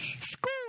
School